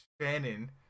Shannon